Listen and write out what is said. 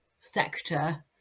sector